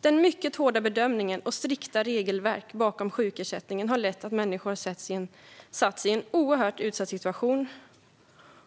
De mycket hårda bedömningarna och det strikta regelverket för sjukersättning har lett till att människor har satts i en oerhört utsatt situation,